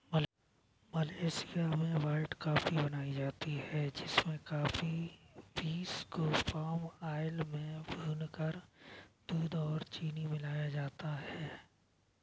Malaysia में white coffee बनाई जाती है जिसमें कॉफी बींस को पाम आयल में भूनकर दूध और चीनी मिलाया जाता है